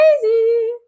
crazy